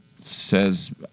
says